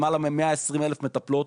למעלה מ-120 אלף מטפלות,